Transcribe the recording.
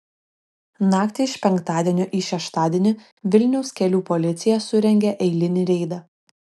naktį iš penktadienio į šeštadienį vilniaus kelių policija surengė eilinį reidą